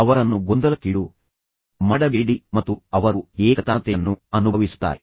ಅವರನ್ನು ಗೊಂದಲಕ್ಕೀಡು ಮಾಡಬೇಡಿ ಮತ್ತು ಅವರು ಏಕತಾನತೆಯನ್ನು ಅನುಭವಿಸುತ್ತಾರೆ